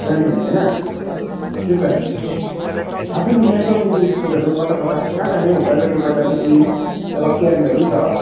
जाने भनेको होइन त्यही त थाह छ तिमीलाई यस्तो पिकनिक स्पोटहरू कता कता कहाँ जाने हौ गाजलडुब्बा जाने कि उता रकी आइल्यान्डहरू पनि छ